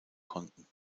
konnten